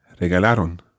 regalaron